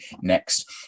next